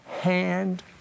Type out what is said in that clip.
hand